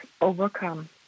Overcome